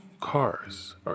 cars